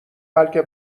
بلکه